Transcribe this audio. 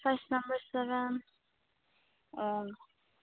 size number seven ꯑꯣ